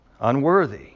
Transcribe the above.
unworthy